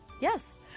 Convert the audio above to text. yes